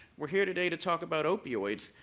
we're here today to talk about opioids.